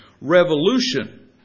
Revolution